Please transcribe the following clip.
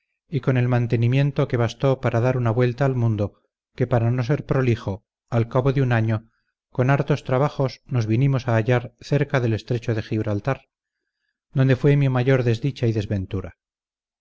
y con el mantenimiento que bastó para dar una vuelta al mundo que para no ser prolijo al cabo de un año con hartos trabajos nos vinimos a hallar cerca del estrecho de gibraltar donde fue mi mayor desdicha y desventura